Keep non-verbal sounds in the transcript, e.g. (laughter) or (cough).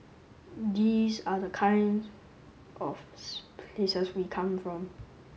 these are the kinds of (unintelligible) places we come from